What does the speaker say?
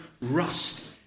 rust